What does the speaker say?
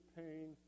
pain